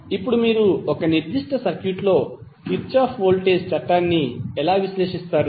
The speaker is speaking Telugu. ఇప్పుడు మీరు ఒక నిర్దిష్ట సర్క్యూట్లో కిర్చాఫ్ వోల్టేజ్ చట్టాన్ని ఎలా విశ్లేషిస్తారు